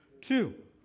Two